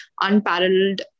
unparalleled